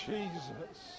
Jesus